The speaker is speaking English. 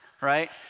right